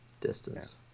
distance